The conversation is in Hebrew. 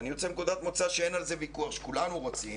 ואני יוצא מנקודת מוצא שאין על זה ויכוח שכולנו רוצים,